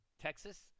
Texas